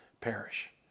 perish